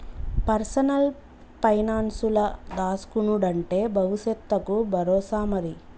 personal పైనాన్సుల దాస్కునుడంటే బవుసెత్తకు బరోసా మరి